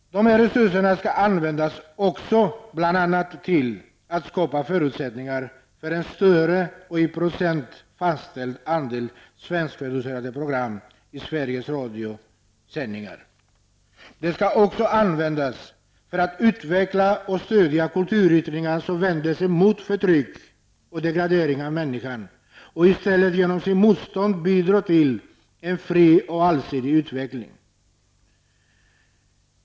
De här resurserna skall bl.a. användas för att skapa förutsättningar för en större och i procent fastställd andel svenskproducerade program i Sveriges Radios sändningar. De skall också användas för att utveckla och stödja kulturyttringar som vänder sig mot förtryck och degradering av människan och i stället genom sitt motstånd bidra till en fri och allsidig utveckling.